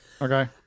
Okay